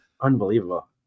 Unbelievable